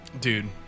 dude